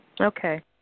Okay